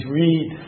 read